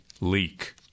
leak